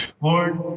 Lord